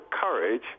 courage